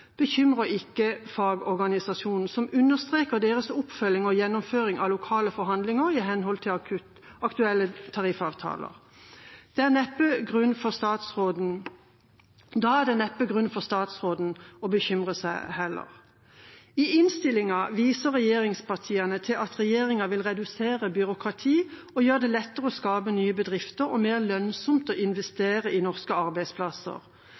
bekymrer ikke fagorganisasjonen, som understreker deres oppfølging og gjennomføring av lokale lønnsforhandlinger i henhold til aktuelle tariffavtaler. Da er det neppe grunn for statsråden til å bekymre seg. I innstillinga viser regjeringspartiene til at regjeringa vil redusere byråkrati, gjøre det lettere å skape nye bedrifter og mer lønnsomt å investere i norske arbeidsplasser